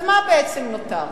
אז מה בעצם נותר?